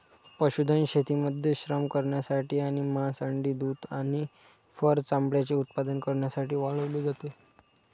पशुधन शेतीमध्ये श्रम करण्यासाठी आणि मांस, अंडी, दूध आणि फर चामड्याचे उत्पादन करण्यासाठी वाढवले जाते